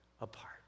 apart